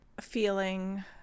feeling